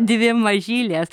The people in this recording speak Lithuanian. dvi mažylės